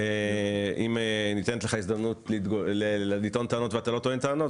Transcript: אם ניתנת לך הזדמנות לטעון טענות ואתה לא טוען טוענות,